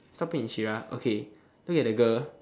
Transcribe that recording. stop it okay look at the girl